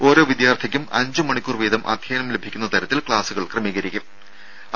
ഓരോ വിദ്യാർത്ഥിക്കും അഞ്ച് മണിക്കൂർ വീതം അധ്യയനം ലഭിക്കുന്ന തരത്തിൽ ക്ലാസുകൾ ക്രമീകരിക്കണം